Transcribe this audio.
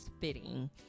fitting